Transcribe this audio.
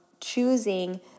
choosing